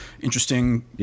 interesting